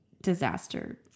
disaster